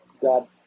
God